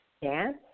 Yes